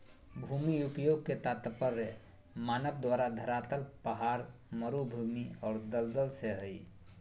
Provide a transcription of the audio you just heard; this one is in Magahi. भूमि उपयोग के तात्पर्य मानव द्वारा धरातल पहाड़, मरू भूमि और दलदल से हइ